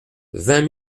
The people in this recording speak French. vingt